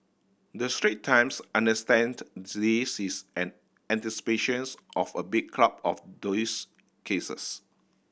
the Strait Times understand this is in anticipations of a big crowd of these cases